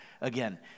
again